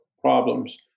problems